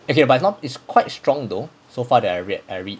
okay but north is quite strong though so far that I read I read